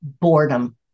boredom